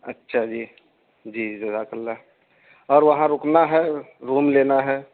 اچھا جی جی جزاک اللہ اور وہاں رکنا ہے روم لینا ہے